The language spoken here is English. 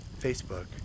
Facebook